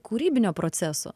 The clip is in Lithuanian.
kūrybinio proceso